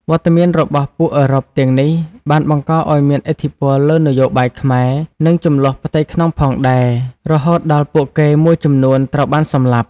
វត្តមានរបស់ពួកអឺរ៉ុបទាំងនេះបានបង្កឱ្យមានឥទ្ធិពលលើនយោបាយខ្មែរ និងជម្លោះផ្ទៃក្នុងផងដែរ រហូតដល់ពួកគេមួយចំនួនត្រូវបានសម្លាប់។